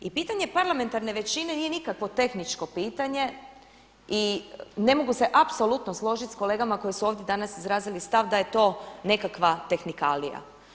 I pitanje parlamentarne većine nije nikakvo tehničko pitanje i ne mogu se apsolutno složiti sa kolegama koji su ovdje danas izrazili stav da je to nekakva tehnikalija.